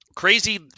Crazy